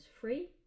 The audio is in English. free